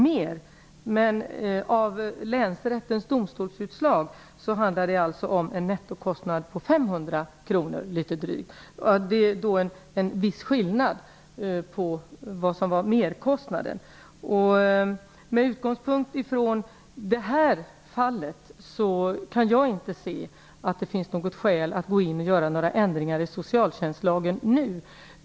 Men enligt länsrättens domstolsutslag handlar det om en nettokostnad på litet drygt 500 kr. Det är alltså en viss skillnad när det gäller vad som var merkostnaden. Med utgångspunkt från detta fall kan jag inte se att det finns något skäl att nu gå in och göra några ändringar i socialtjänstlagen.